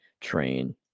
train